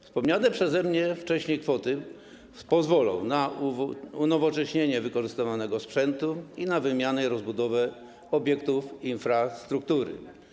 Wspomniane przeze mnie wcześniej kwoty pozwolą na unowocześnienie wykorzystywanego sprzętu i na wymianę i rozbudowę obiektów infrastruktury.